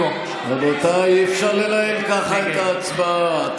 רבותיי, אי-אפשר לנהל ככה את ההצבעה.